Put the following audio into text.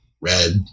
Red